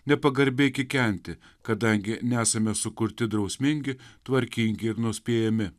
nepagarbiai kikenti kadangi nesame sukurti drausmingi tvarkingi ir nuspėjami